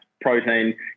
protein